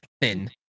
thin